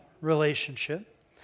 relationship